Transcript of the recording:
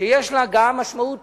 שיש לה גם משמעות פוליטית,